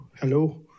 Hello